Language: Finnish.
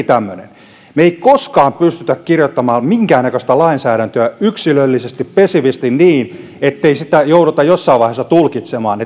tämmöinen esimerkki me emme koskaan pysty kirjoittamaan minkäännäköistä lainsäädäntöä yksilöllisesti spesifististi niin ettei sitä jouduta jossain vaiheessa tulkitsemaan